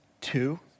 two